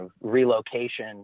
relocation